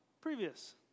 previous